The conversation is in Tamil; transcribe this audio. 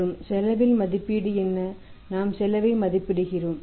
மற்றும் செலவில் மதிப்பீடு என்ன நாம் செலவை மதிப்பிடுகிறோம்